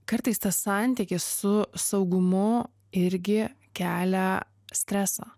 kartais tas santykis su saugumu irgi kelia stresą